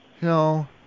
No